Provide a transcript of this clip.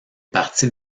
parties